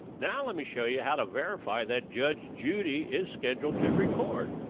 now let me show you how to verify that judge judy is scheduled to record.